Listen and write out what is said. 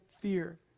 fear